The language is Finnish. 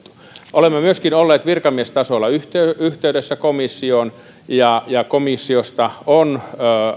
olemme myöskin olleet virkamiestasolla yhteydessä yhteydessä komissioon ja ja komissiosta on